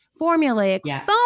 formulaic